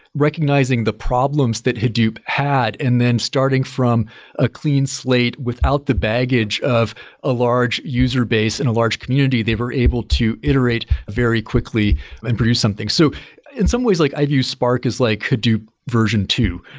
recognizing the problems that hadoop had and then starting from a clean slate, without the baggage of a large user base and a large community, they were able to iterate very quickly and produce something so in some ways, like i view spark as like hadoop version two.